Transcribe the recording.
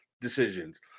decisions